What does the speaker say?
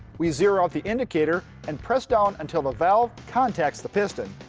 we zero out the indicator and press down until the valve contacts the piston.